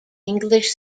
english